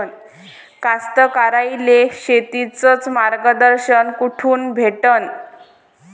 कास्तकाराइले शेतीचं मार्गदर्शन कुठून भेटन?